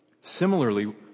Similarly